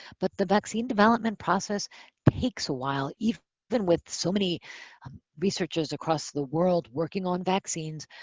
but the vaccine development process takes a while, even even with so many um researchers across the world working on vaccines.